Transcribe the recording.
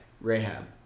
Rahab